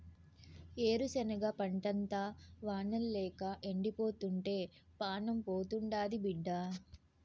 ఏరుశనగ పంటంతా వానల్లేక ఎండిపోతుంటే పానం పోతాండాది బిడ్డా